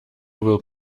will